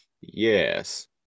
yes